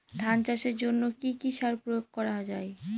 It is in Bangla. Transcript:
ধান চাষের জন্য কি কি সার প্রয়োগ করা য়ায়?